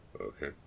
Okay